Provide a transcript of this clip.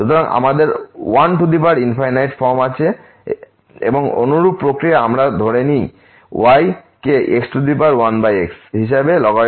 সুতরাং আমাদের 1 ফর্ম আছে এবং অনুরূপ প্রক্রিয়া আমরাধরে নিই y কে 1x হিসেবে লগারিদমিক নিন